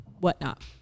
whatnot